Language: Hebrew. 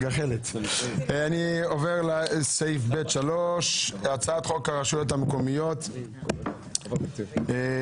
3. הצעת חוק הרשויות המקומיות (בחירות)